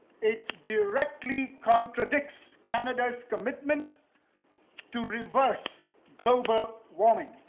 it directly contradicts canada's commitment to reverse global warming.